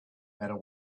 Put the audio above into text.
better